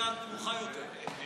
אני